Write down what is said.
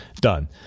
done